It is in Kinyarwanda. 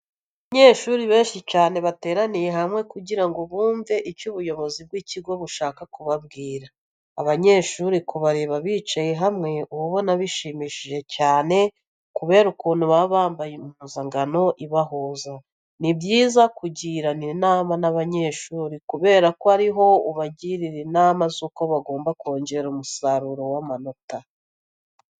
Abanyeshuri benshi cyane bateraniye hamwe kugira ngo bumve icyo ubuyobozi bw'ikigo bushaka kubabwira. Abanyeshuri kubareba bicaye hamwe uba ubona bishimishije cyane kubera ukuntu baba bambaye impuzankano ibahuza. Ni byiza kugirana inama n'abanyeshuri kubera ko ari ho ubagirira inama z'uko bagomba kongera umusaruro w'amanota.